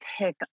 pick